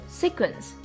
sequence